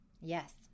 Yes